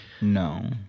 No